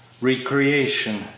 Recreation